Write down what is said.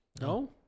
No